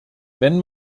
wenn